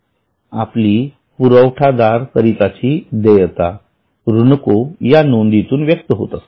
आपली पुरवठादार करिताची देयता ऋणको या नोंदीतून व्यक्त होते